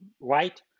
right